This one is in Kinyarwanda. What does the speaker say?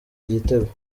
igitego